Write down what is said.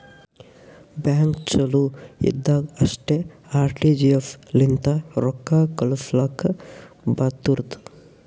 bank ಚಾಲು ಇದ್ದಾಗ್ ಅಷ್ಟೇ ಆರ್.ಟಿ.ಜಿ.ಎಸ್ ಲಿಂತ ರೊಕ್ಕಾ ಕಳುಸ್ಲಾಕ್ ಬರ್ತುದ್